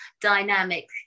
dynamic